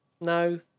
No